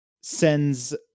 sends